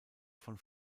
von